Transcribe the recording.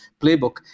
playbook